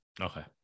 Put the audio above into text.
Okay